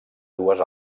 dues